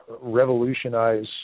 revolutionize